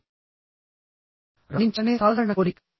రాణించాలనే సాధారణ కోరిక